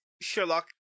Sherlock